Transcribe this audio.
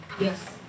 Yes